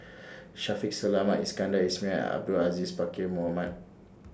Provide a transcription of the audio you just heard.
Shaffiq Selamat Iskandar Ismail Abdul Aziz Pakkeer Mohamed